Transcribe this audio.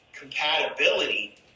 compatibility